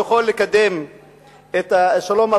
הוא יכול לקדם את השלום.